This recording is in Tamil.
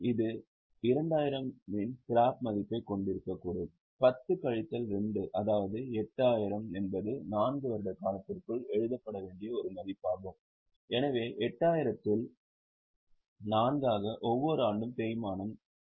இது 2000 இன் ஸ்கிராப் மதிப்பைக் கொண்டிருக்கக்கூடும் 10 கழித்தல் 2 அதாவது 8000 என்பது 4 வருட காலத்திற்குள் எழுதப்பட வேண்டிய ஒரு மதிப்பாகும் எனவே 8000 ஆல் 4 ஆக ஒவ்வொரு ஆண்டும் தேய்மானம் 2000 ஆக இருக்கும்